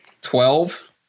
Twelve